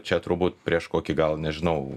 čia turbūt prieš kokį gal nežinau